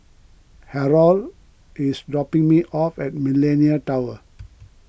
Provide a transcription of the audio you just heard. Harrold is dropping me off at Millenia Tower